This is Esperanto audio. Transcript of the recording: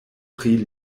pri